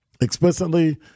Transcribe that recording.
Explicitly